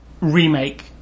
remake